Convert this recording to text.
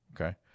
okay